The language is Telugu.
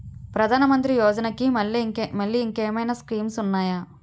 ప్రధాన మంత్రి యోజన కి మల్లె ఇంకేమైనా స్కీమ్స్ ఉన్నాయా?